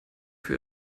für